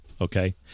okay